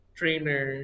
trainer